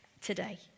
today